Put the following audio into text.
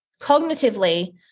cognitively